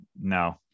no